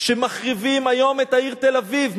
שמחריבים היום את העיר תל-אביב,